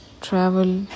Travel